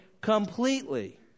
completely